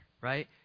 right